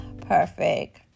perfect